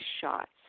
shots